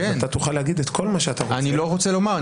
תוכל להגיד את כל מה שאתה רוצה --- אני לא רוצה לומר,